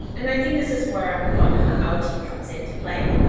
and i think this is where our team comes in to play.